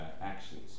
actions